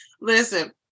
listen